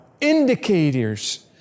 indicators